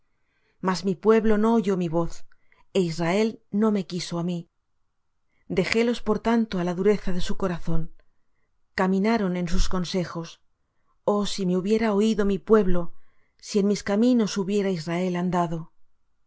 mas mi pueblo no oyó mi voz e israel no me quiso á mí dejélos por tanto á la dureza de su corazón caminaron en sus consejos oh si me hubiera oído mi pueblo si en mis caminos hubiera israel andado